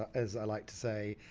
as i like to say,